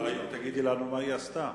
אולי תגידי לנו מה היא עשתה.